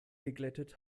geglättet